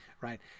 right